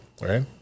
Right